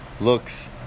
looks